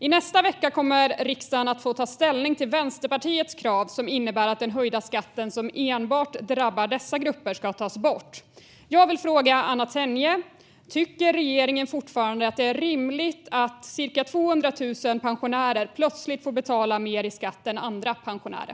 I nästa vecka kommer riksdagen att få ta ställning till Vänsterpartiets krav, som innebär att den höjda skatten som enbart drabbar dessa grupper ska tas bort. Jag vill fråga Anna Tenje: Tycker regeringen fortfarande att det är rimligt att cirka 200 000 pensionärer plötsligt ska betala mer i skatt än andra pensionärer?